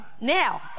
now